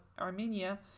armenia